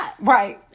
right